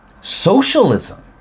socialism